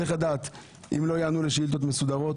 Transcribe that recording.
צריך לדעת שאם לא יענו לשאילתות באופן מסודר,